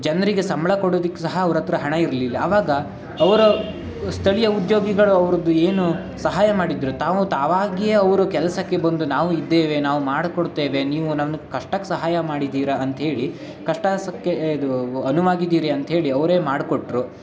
ಜನರಿಗೆ ಸಂಬಳ ಕೊಡೋದಕ್ಕೆ ಸಹ ಅವ್ರ ಹತ್ತಿರ ಹಣ ಇರಲಿಲ್ಲ ಅವಾಗ ಅವರು ಸ್ಥಳೀಯ ಉದ್ಯೋಗಿಗಳು ಅವರದ್ದು ಏನು ಸಹಾಯ ಮಾಡಿದ್ದರು ತಾವು ತಾವಾಗಿಯೇ ಅವರು ಕೆಲಸಕ್ಕೆ ಬಂದು ನಾವು ಇದ್ದೇವೆ ನಾವು ಮಾಡಿಕೊಡ್ತೇವೆ ನೀವು ನನಗೆ ಕಷ್ಟಕ್ಕೆ ಸಹಾಯ ಮಾಡಿದ್ದೀರ ಅಂತೇಳಿ ಕಷ್ಟ ಸಕ್ಕೆ ಇದು ಅನುವಾಗಿದ್ದೀರಿ ಅಂತೇಳಿ ಅವರೇ ಮಾಡಿಕೊಟ್ರು